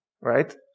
right